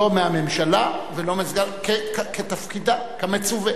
לא מהממשלה ולא מסגן השר, כתפקידה, כמצווה.